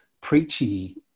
preachy